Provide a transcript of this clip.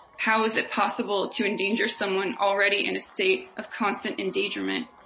how is it possible to endanger someone already in a state of constant endangerment?